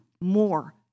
more